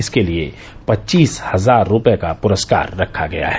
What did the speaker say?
इसके लिए पच्चीस हजार रूपये का पुरस्कार रखा गया है